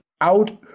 out